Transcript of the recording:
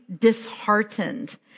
disheartened